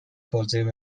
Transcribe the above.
توضیح